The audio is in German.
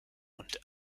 und